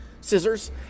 scissors